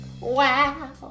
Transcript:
Wow